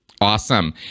Awesome